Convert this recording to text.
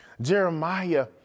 Jeremiah